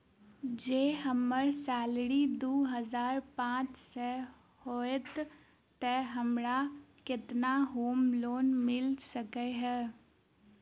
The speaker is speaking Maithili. जँ हम्मर सैलरी दु हजार पांच सै हएत तऽ हमरा केतना होम लोन मिल सकै है?